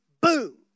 Boom